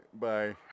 Bye